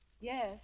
Yes